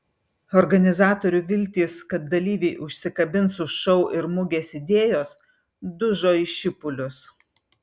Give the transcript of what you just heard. organizatorių viltys kad dalyviai užsikabins už šou ir mugės idėjos dužo į šipulius